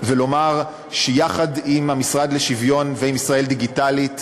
ולומר שיחד עם המשרד לשוויון ועם "ישראל דיגיטלית"